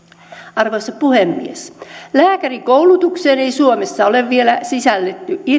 arvoisa puhemies lääkärikoulutukseen ei suomessa ole vielä sisällytetty